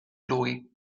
lui